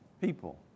people